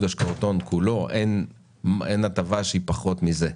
השקעות הון כולו אין הטבה שהיא פחות מזה.